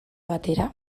batera